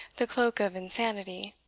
the cloak of insanity.